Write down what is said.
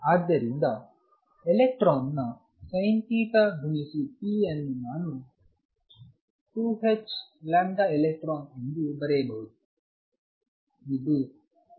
ಆದ್ದರಿಂದ ಎಲೆಕ್ಟ್ರಾನ್ನ sinθ ಗುಣಿಸು p ಅನ್ನು ನಾನು2helectronಎಂದು ಬರೆಯಬಹುದು